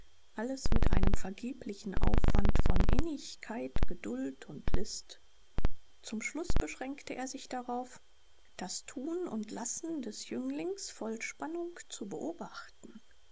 alles mit einem vergeblichen aufwand von innigkeit geduld und list zum schluß beschränkte er sich darauf das tun und lassen des jünglings voll spannung zu beobachten